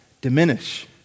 diminish